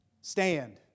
Stand